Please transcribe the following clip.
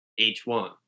h1